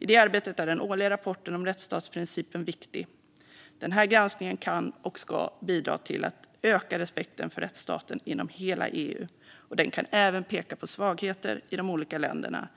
I detta arbete är den årliga rapporten om rättsstatsprincipen viktig. Den här granskningen kan och ska bidra till att öka respekten för rättsstaten inom hela EU. Den kan även peka på svagheter i de olika länderna,